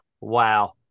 Wow